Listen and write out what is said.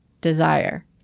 desire